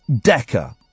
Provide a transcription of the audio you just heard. Decker